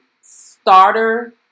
starter